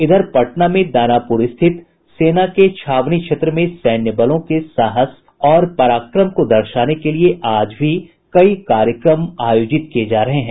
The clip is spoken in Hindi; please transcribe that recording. इधर पटना में दानाप्र स्थित सेना के छावनी क्षेत्र में सैन्य बलों के साहस और पराक्रम को दर्शाने के लिये आज भी कई कार्यक्रम आयोजित किये जा रहे हैं